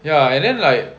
ya and then like